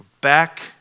Back